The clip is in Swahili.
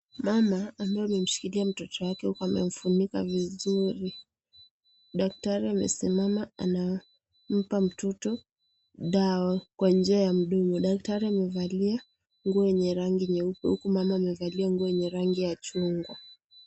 Mama ambaye amemshikilia mtoto wake huku amemfunika vizuri, daktari amesimama anampea mtoto dawa kwa njia ya mdomo, daktari amevalia nguo yenye rangi nyeupe huku mama amevalia nguo yenye rangi ya chungwa.